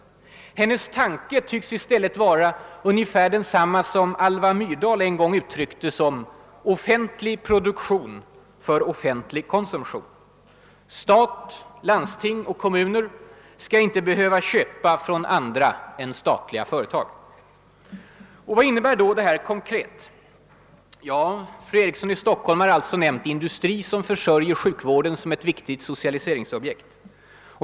Hennes tanke tycks i stället vara ungefär densamma som Alva Myrdal en gång uttryckte som »offentlig produktion för offentlig konsumtion». Stat, landsting och kommuner skall inte behöva köpa från andra än statliga företag. Vad innebär då detta konkret? Ja, fru Eriksson i Stockholm har alltså nämnt »industri som försörjer sjukvården» som ett principiellt viktigt socialiseringsobjekt.